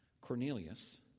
Cornelius